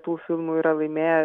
tų filmų yra laimėję